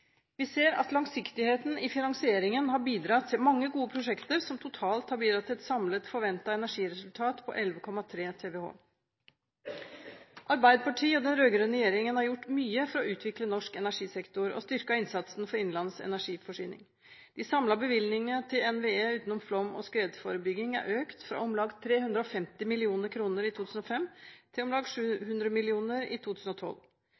Vi ser at langsiktigheten i finansieringen har bidratt til mange gode prosjekter som totalt har bidratt til et samlet forventet energiresultat på 11,3 TWh. Arbeiderpartiet og den rød-grønne regjeringen har gjort mye for å utvikle norsk energisektor og styrket innsatsen for innenlands energiforsyning. De samlede bevilgningene til NVE – utenom flom- og skredforebygging – er økt fra om lag 350 mill. kr i 2005 til om lag 700 mill. kr i 2012.